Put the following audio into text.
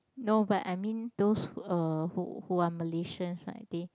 no but I mean those uh who who are Malaysians right they